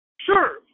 Sure